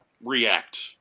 react